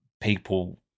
people